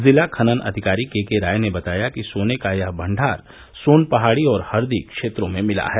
जिला खनन अधिकारी केके राय ने बताया कि सोने का यह भंडार सोन पहाड़ी और हरदी क्षेत्रों में मिला है